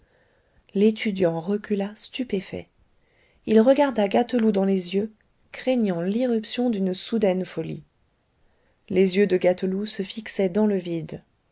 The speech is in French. l'étudiant recula stupéfait il regarda gâteloup dans les yeux craignant l'irruption d'une soudaine folie les yeux de gâteloup se fixaient dans le vide